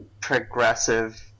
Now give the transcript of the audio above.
progressive